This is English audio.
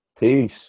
Peace